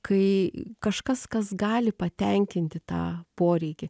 kai kažkas kas gali patenkinti tą poreikį